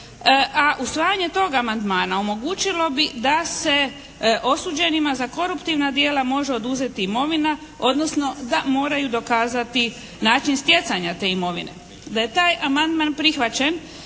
a usvajanje toga amandmana omogućilo bi da se osuđenima za koruptivna djela može oduzeti imovina, odnosno da moraju dokazati način stjecanja te imovine. Da je taj amandman prihvaćen